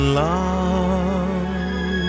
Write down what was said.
love